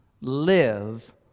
live